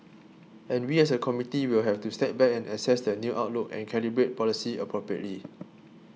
and we as a committee will have to step back and assess the new outlook and calibrate policy appropriately